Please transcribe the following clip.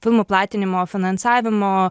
filmų platinimo finansavimo